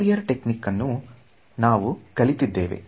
Fourier technique ಅನ್ನು ಅನ್ನು ನಾವು ಕಲಿಯಲಿದ್ದೇವೆ